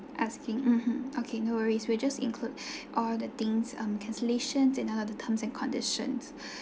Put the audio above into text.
asking mmhmm okay no worries we just include all the things um cancellations and all the terms and conditions